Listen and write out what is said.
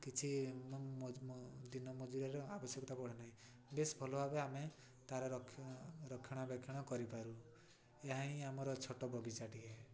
କିଛି ଦିନ ମଜୁରୀର ଆବଶ୍ୟକତା ପଡ଼େ ନାହିଁ ବେଶ ଭଲ ଭାବେ ଆମେ ତାର ରକ୍ଷଣାବେକ୍ଷଣ କରିପାରୁ ଏହା ହିଁ ଆମର ଛୋଟ ବଗିଚାଟିଏ